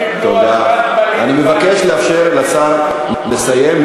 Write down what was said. אני מבקש לאפשר לשר לסיים.